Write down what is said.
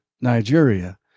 Nigeria